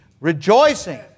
rejoicing